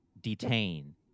detain